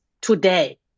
today